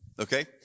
Okay